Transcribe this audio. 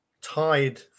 tied